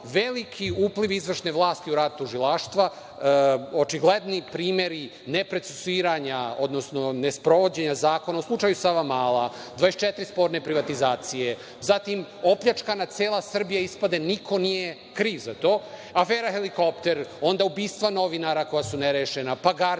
veliki upliv izvršne vlasti u rad tužilaštva, očigledni primeri neprocesuiranja, odnosno nesprovođenja zakona. Slučaj „Savamala“, 24 sporne privatizacije, zatim opljačkana cela Srbija, a ispada niko nije kriv za to. Afera „helikopter“, onda ubistva novinara koja su nerešena, pa gardista,